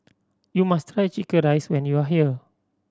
you must try chicken rice when you are here